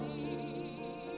the